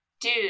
Dude